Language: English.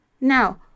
Now